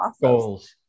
goals